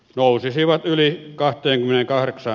nousisivat yli kahteen liigaan saa